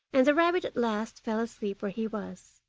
and the rabbit at last fell asleep where he was.